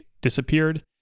disappeared